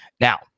Now